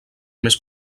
més